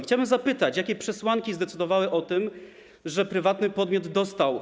Chciałbym zapytać, jakie przesłanki zdecydowały o tym, że prywatny podmiot dostał